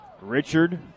Richard